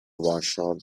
vashon